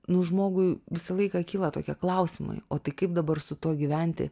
nu žmogui visą laiką kyla tokie klausimai o tai kaip dabar su tuo gyventi